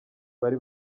bari